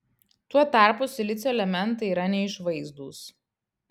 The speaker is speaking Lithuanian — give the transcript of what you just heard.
tuo tarpu silicio elementai yra neišvaizdūs